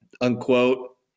unquote